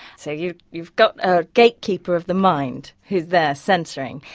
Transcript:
so you've you've got a gatekeeper of the mind, who's there, censoring.